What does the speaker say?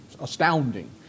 astounding